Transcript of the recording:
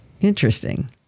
Interesting